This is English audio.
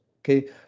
okay